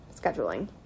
scheduling